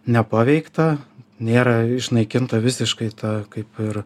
nepaveikta nėra išnaikinta visiškai ta kaip ir